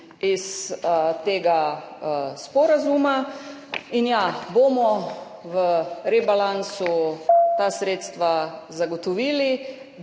iz tega sporazuma. In ja, v rebalansu bomo ta sredstva zagotovili.